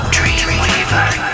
Dreamweaver